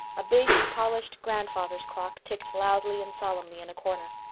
a big, polished grandfather's clock ticked loudly and solemnly in a corner.